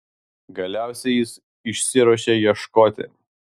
galiausiai jis išsiruošia ieškoti